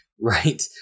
Right